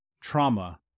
Trauma